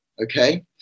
okay